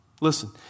Listen